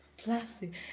Plastic